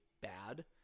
bad